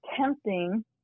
tempting